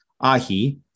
ahi